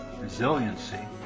resiliency